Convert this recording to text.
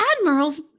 admiral's